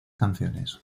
canciones